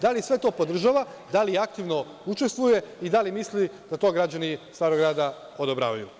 Da li sve to podržava, ali aktivno učestvuje i da li misli da to građani Starog Grada odobravaju?